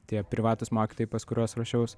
tie privatūs mokytojai pas kuriuos ruošiaus